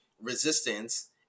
resistance